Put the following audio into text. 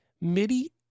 MIDI